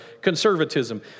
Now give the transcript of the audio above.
conservatism